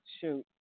shoot